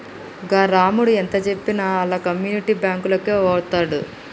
గా రామడు ఎంతజెప్పినా ఆళ్ల కమ్యునిటీ బాంకులకే వోతడు